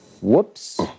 Whoops